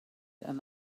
and